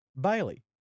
Bailey